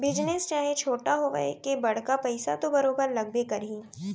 business चाहे छोटे होवय के बड़का पइसा तो बरोबर लगबे करही